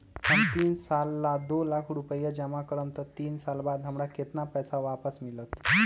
हम तीन साल ला दो लाख रूपैया जमा करम त तीन साल बाद हमरा केतना पैसा वापस मिलत?